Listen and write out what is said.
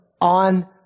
on